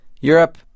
Europe